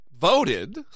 voted